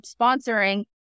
sponsoring